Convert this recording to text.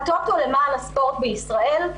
הטוטו למען הספורט בישראל,